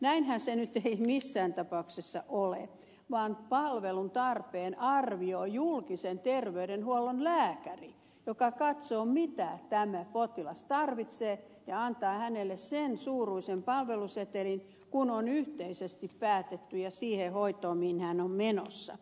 näinhän se nyt ei missään tapauksessa ole vaan palveluntarpeen arvioi julkisen terveydenhuollon lääkäri joka katsoo mitä tämä potilas tarvitsee ja antaa hänelle sen suuruisen palvelusetelin kuin on yhteisesti päätetty ja siihen hoitoon mihin hän on menossa